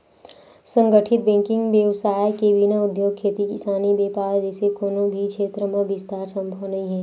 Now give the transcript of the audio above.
संगठित बेंकिग बेवसाय के बिना उद्योग, खेती किसानी, बेपार जइसे कोनो भी छेत्र म बिस्तार संभव नइ हे